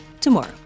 tomorrow